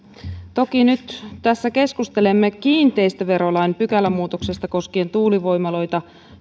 toki nyt tässä keskustelemme kiinteistöverolain pykälämuutoksesta koskien tuulivoimaloita